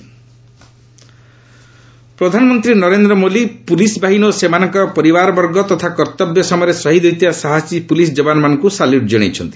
PM police day ପ୍ରଧାନମନ୍ତ୍ରୀ Narendra Modi police ବାହିନୀ ଓ ସେମାନଙ୍କର ପରିବାରବର୍ଗ ତଥା କର୍ତ୍ତବ୍ୟ ସମୟରେ ଶହୀଦ୍ ହୋଇଥିବା ସାହସି ପ୍ରଲିସ୍ ଯବାନମାନଙ୍କୁ ସାଲ୍ୟୁଟ୍ ଜଣାଇଛନ୍ତି